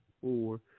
four